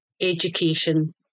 education